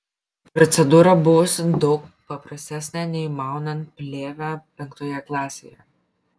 procedūra buvusi daug paprastesnė nei maunant plėvę penktoje klasėje